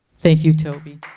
thank you toby,